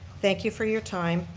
thank you for your time,